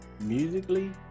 musically